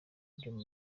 ryo